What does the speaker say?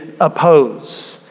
oppose